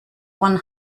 one